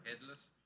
Headless